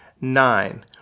nine